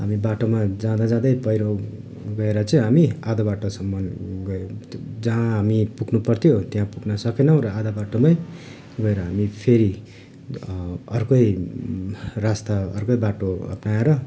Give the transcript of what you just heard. हामी बाटोमा जाँदा जाँदै पहिरो गएर चाहिँ हामी आधा बाटोसम्म गयो जहाँ हामी पुग्नुपर्थ्यो त्यहाँ पुग्न सकेनौँ र आधा बाटोमै गएर हामी फेरि अर्कै रास्ता अर्कै बाटो अपनाएर